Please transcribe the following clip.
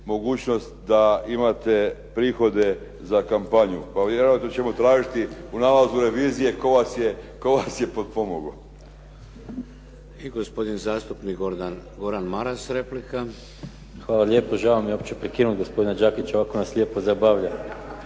mogućnost da imate prihode za kampanju. Pa vjerojatno ćemo tražiti u nalazu revizije tko vas je potpomogao. **Šeks, Vladimir (HDZ)** I gospodin zastupnik Gordan Maras replika. **Maras, Gordan (SDP)** Hvala lijepo. Žao mi je uopće prekinuti gospodina Đakića, ovako nas lijepo zabavlja